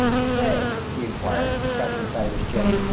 say, he inquired, scratching the side of his chin,